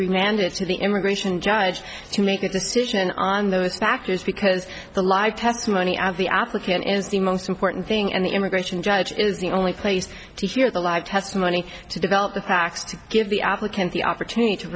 remanded to the immigration judge to make a decision on those factors because the live testimony of the applicant is the most important thing and the immigration judge is the only place to hear the live testimony to develop the facts to give the applicant the opportunity to